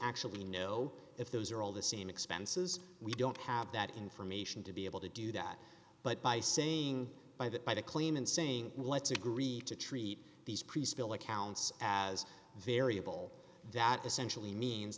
actually know if those are all the same expenses we don't have that information to be able to do that but by saying by that by the claimant saying let's agree to treat these preschool accounts as variable that essentially means